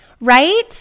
right